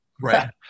right